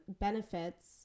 benefits